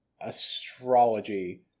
astrology